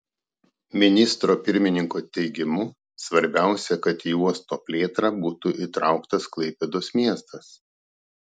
ministro pirmininko teigimu svarbiausia kad į uosto plėtrą būtų įtrauktas klaipėdos miestas